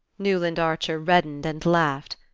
newland archer reddened and laughed.